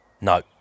No